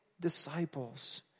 disciples